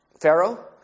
Pharaoh